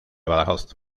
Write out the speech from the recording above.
badajoz